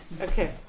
Okay